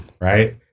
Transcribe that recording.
right